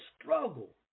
struggle